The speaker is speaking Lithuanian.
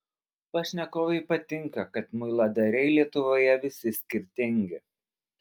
pašnekovei patinka kad muiladariai lietuvoje visi skirtingi